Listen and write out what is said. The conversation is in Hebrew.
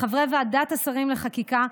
לחברי ועדת השרים לחקיקה,